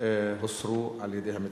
הוסרו על-ידי המציעים.